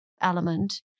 element